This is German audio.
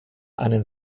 einen